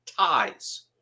ties